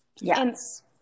Yes